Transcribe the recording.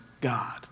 God